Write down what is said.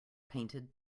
painted